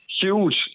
huge